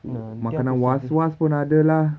entah ah nanti aku survey